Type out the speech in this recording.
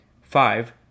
five